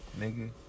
Nigga